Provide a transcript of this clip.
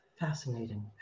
Fascinating